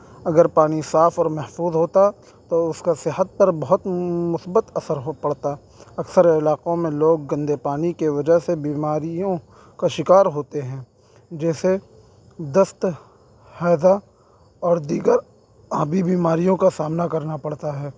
اگر پانی صاف اور محفوظ ہوتا تو اس کا صحت پر بہت مثبت اثر ہو پڑتا اکثر علاقوں میں لوگ گندے پانی کے وجہ سے بیماریوں کا شکار ہوتے ہیں جیسے دست ہیضہ اور دیگر آبی بیماریوں کا سامنا کرنا پڑتا ہے